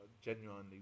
genuinely